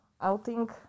outing